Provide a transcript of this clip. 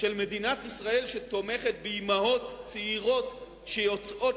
של מדינת ישראל שתומכת באמהות צעירות שיוצאות